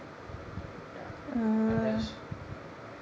ya unless